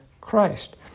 Christ